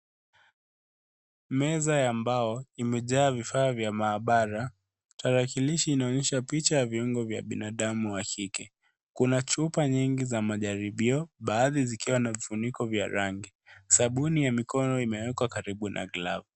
Meza ya mbao imejaa vifaa vya maabara. Tarakilishi inaonyesha picha ya viungo vya binadamu wa kike. Kuna chupa nyingi za majaribio baadhi zikiwa na vifuniko vya rangi. Sabuni ya mikono imewekwa karibu na glove .